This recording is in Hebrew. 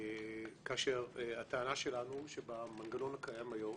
כאשר הטענה שלנו היא שבמנגנון הקיים היום,